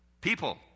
people